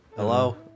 Hello